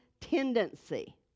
tendency